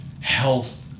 health